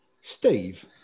Steve